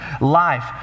life